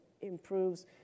improves